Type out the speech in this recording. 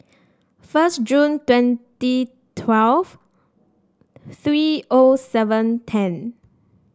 first Jun twenty twelve three O seven ten